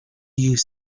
used